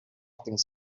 things